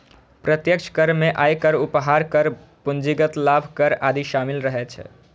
प्रत्यक्ष कर मे आयकर, उपहार कर, पूंजीगत लाभ कर आदि शामिल रहै छै